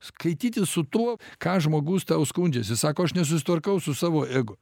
skaitytis su tuo ką žmogus tau skundžiasi sako aš nesusitvarkau su savo ego